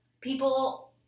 people